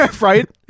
Right